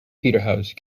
peterhouse